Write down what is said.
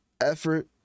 effort